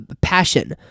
passion